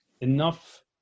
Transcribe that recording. enough